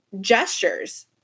gestures